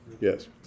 Yes